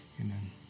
Amen